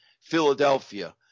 Philadelphia